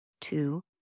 two